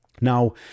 Now